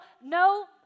no